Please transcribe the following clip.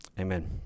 Amen